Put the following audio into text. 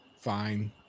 fine